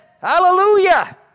Hallelujah